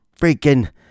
freaking